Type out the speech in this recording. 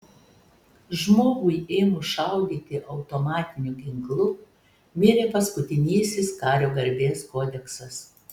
žmogui ėmus šaudyti automatiniu ginklu mirė paskutinysis kario garbės kodeksas